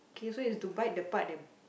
K so is to bite the part that